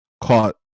caught